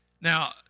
Now